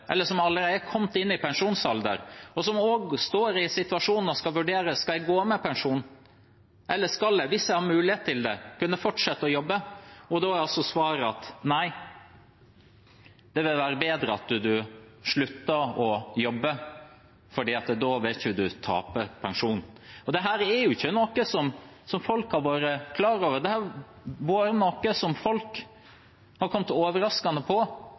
eller som allerede er i pensjonsalder, og står i en situasjon hvor de skal vurdere: Skal jeg gå av med pensjon, eller skal jeg, hvis jeg har mulighet til det, fortsette å jobbe? Da er altså svaret: Nei, det vil være bedre at du slutter å jobbe, for da vil du ikke tape pensjon. Dette er jo ikke noe som folk har vært klar over, det har vært noe som har kommet overraskende på folk. Og det er veldig forståelig at det har kommet overraskende på,